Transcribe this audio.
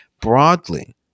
broadly